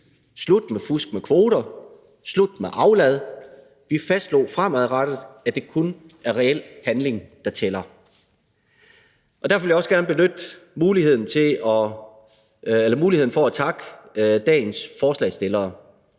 slut med fusk med kvoter og slut med aflad. Vi fastslog, at det fremadrettet kun er reel handling, der tæller. Derfor vil jeg også gerne benytte muligheden for at takke dagens forslagsstillere.